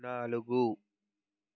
నాలుగు